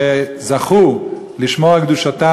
שזכו לשמור על קדושתם.